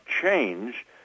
change